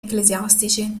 ecclesiastici